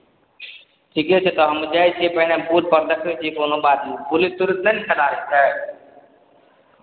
ठीके छै तऽ हम जाइ छियै पहिने बूथपर देखै छियै कोनो बात नहि पुलिस तुलिस नहि ने खड़ा रहतै